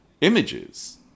images